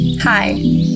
Hi